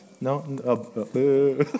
No